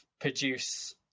produce